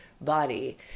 body